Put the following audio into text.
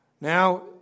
Now